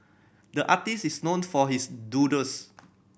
the artist is known for his doodles